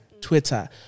Twitter –